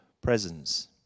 presence